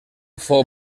fou